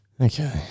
Okay